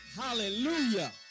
hallelujah